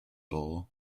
bull